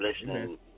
listening